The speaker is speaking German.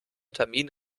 termin